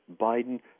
Biden